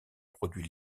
produits